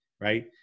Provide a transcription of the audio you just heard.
Right